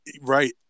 right